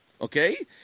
okay